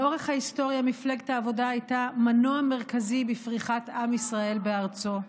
לאורך ההיסטוריה מפלגת העבודה הייתה מנוע מרכזי בפריחת עם ישראל בארצו,